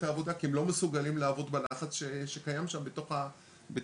העבודה כי הם לא מסוגלים לעבוד בלחץ שקיים שם בתוך הדרישות